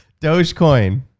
Dogecoin